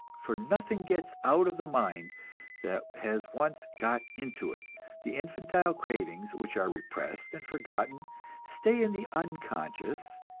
for nothing gets out of the mind that has once got into it the infantile cravings which are repressed and forgotten stay in the unconscious,